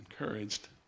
encouraged